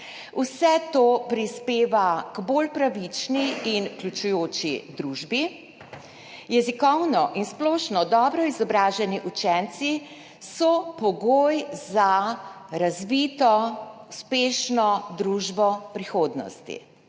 Vse to prispeva k bolj pravični in vključujoči družbi. Jezikovno in splošno dobro izobraženi učenci so pogoj za razvito, uspešno družbo prihodnosti.